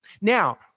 Now